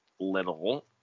little